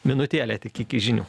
minutėlę tik iki žinių